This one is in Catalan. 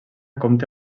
compta